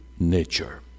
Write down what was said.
nature